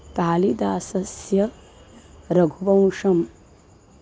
कालिदासस्य रघुवंशम्